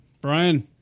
Brian